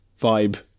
vibe